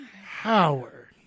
Howard